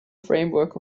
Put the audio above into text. framework